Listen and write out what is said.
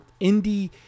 indie